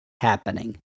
happening